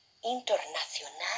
internacional